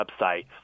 website